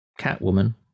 Catwoman